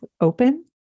open